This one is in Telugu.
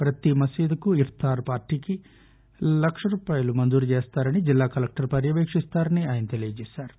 ప్రతి మసీదుకు ఇష్తార్ పార్లీకి లక్ష రూపాయలు మంజురు చేస్తారని జిల్లా కలెక్టర్ పర్యపేక్షిస్తారని ఆయన చెప్పారు